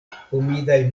humidaj